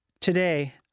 Today